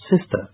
sister